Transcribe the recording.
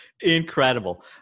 Incredible